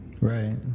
Right